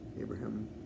Abraham